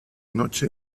noche